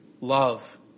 love